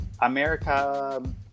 America